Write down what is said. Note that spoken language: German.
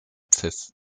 pfiff